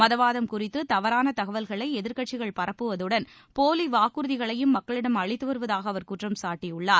மதவாதம் குறித்து தவறான தகவல்களை எதிர்கட்சிகள் பரப்புவதுடன் போலி வாக்குறுதிகளையும் மக்களிடம் அளித்து வருவதாக அவர் குற்றம்சாட்டியுள்ளார்